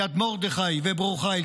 יד מרדכי וברור חיל,